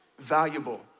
valuable